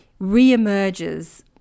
reemerges –